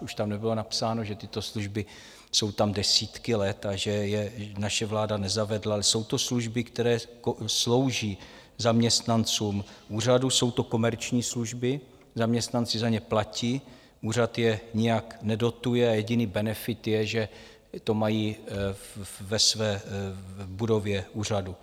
Už tam nebylo napsáno, že tyto služby jsou tam desítky let a že je naše vláda nezavedla, ale jsou to služby, které slouží zaměstnancům úřadu, jsou to komerční služby, zaměstnanci za ně platí, úřad je nijak nedotuje a jediný benefit je, že to mají ve své budově úřadu.